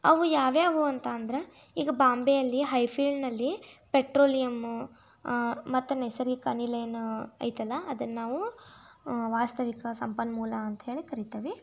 ಅವು ಯಾವು ಯಾವು ಅಂತ ಅಂದ್ರೆ ಈಗ ಬಾಂಬೆಯಲ್ಲಿ ಹೈ ಫೀಲ್ಡಿನಲ್ಲಿ ಪೆಟ್ರೋಲಿಯಮ್ಮು ಮತ್ತೆ ನೈಸರ್ಗಿಕ ಅನಿಲ ಏನು ಐತಲ್ಲ ಅದನ್ನು ನಾವು ವಾಸ್ತವಿಕ ಸಂಪನ್ಮೂಲ ಅಂತ ಹೇಳಿ ಕರಿತೀವಿ